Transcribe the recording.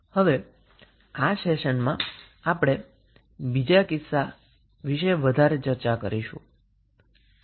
હવે આ સેશનમાં આપણે બીજા કિસ્સા વિષે વધારે ચર્ચા કરીશું